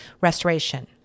restoration